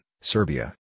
Serbia